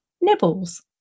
nibbles